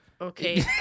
Okay